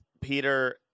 Peter